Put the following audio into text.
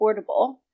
affordable